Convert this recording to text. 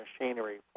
machinery